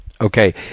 Okay